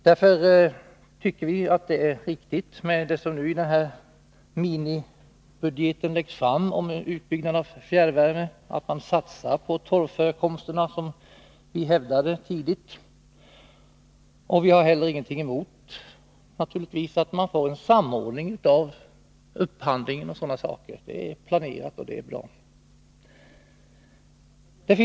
Därför tycker vi att det som förs fram i minibudgeten är riktigt. Det gäller en utbyggnad av fjärrvärmen och en satsning på torvförekomsterna — något som vi hävdat på ett tidigt stadium. Vi har naturligtvis heller inget emot en samordning av upphandlingen etc. Det är planerat, och det är bra.